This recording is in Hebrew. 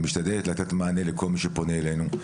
משתדלת לתת מענה לכל מי שפונה אלינו,